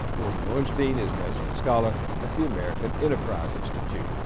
norman ornstein is resident scholar at the american enterprise institute.